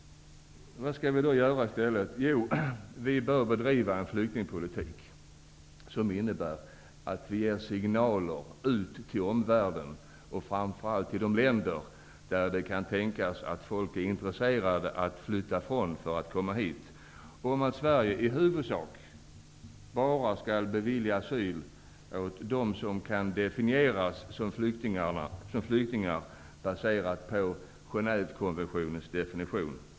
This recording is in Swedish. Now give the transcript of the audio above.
Vad skall vi då göra i stället? Jo, vi bör bedriva en flyktingpolitik som innebär att vi ger signaler till omvärlden, framför allt till de länder från vilka folk kan tänkas vara intresserade av att flytta, om att Sverige i huvudsak bara skall bevilja asyl åt dem som kan definieras som flyktingar baserat på Genèvekonventionens definition.